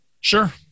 Sure